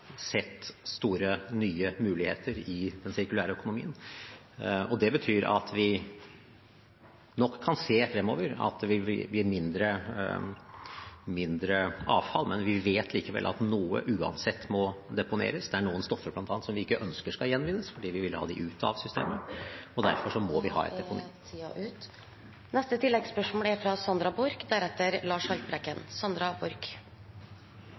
sett store, nye muligheter i sirkulærøkonomien. Det betyr at vi fremover nok kan se at det vil bli mindre avfall. Men vi vet at noe uansett må deponeres. Det er bl.a. noen stoffer som vi ikke ønsker skal gjenvinnes fordi vi vil ha dem ut av systemet, og derfor må vi ha et deponi. Sandra Borch – til oppfølgingsspørsmål. Tiltak som styrker etterspørselen etter gjenvunne materialer, er